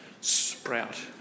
Sprout